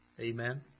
Amen